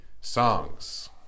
songs